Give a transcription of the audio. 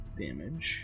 damage